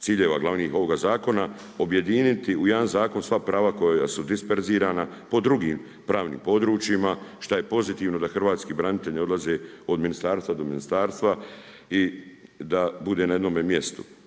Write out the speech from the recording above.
ciljeva glavnih ovoga zakona objediniti u jedan zakon sva prava koja su disperzirana po drugim pravnim područjima šta je pozitivno da hrvatski branitelji ne odlaze od ministarstva do ministarstva i da bude na jednom mjestu.